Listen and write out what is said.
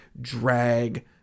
drag